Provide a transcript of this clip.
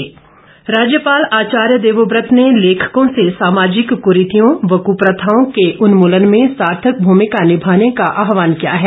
विमोचन राज्यपाल आचार्य देवव्रत ने लेखकों से सामाजिक क्रीतियों व कृप्रथाओं के उन्मूलन में सार्थक भूमिका निभाने का आहवान किया है